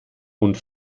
und